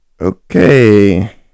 Okay